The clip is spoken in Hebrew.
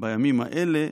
בימים האלה,